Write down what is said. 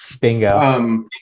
Bingo